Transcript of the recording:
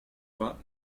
vingts